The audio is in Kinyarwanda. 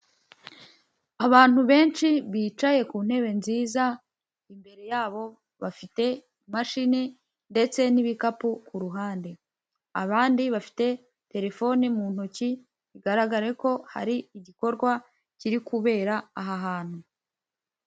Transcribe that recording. Abantu benshi bicaye ku ntebe nziza imbere yabo bafite imashini ndetse n'ibikapu ku ruhande, abandi bafite telefoni mu ntoki bigaragare ko hari igikorwa kiri kubera aha hantu.